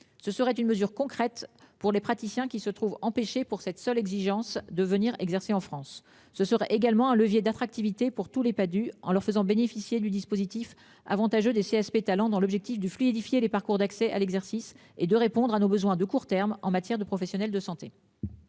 Ce serait une mesure concrète pour les praticiens qui se trouve empêchée pour cette seule exigence de venir exercer en France ce sera également un levier d'attractivité pour tous les pas du en leur faisant bénéficier du dispositif avantageux des CSP talents dans l'objectif du fluidifier les parcours d'accès à l'exercice et de répondre à nos besoins de court terme en matière de professionnels de santé.